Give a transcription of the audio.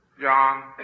John